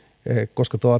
koska